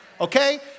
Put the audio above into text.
Okay